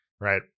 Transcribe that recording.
right